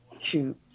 Shoot